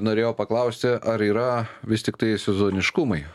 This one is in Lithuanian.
norėjau paklausti ar yra vis tiktai sezoniškumai